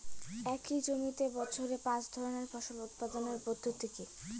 একই জমিতে বছরে পাঁচ ধরনের ফসল উৎপাদন পদ্ধতি কী?